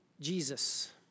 Jesus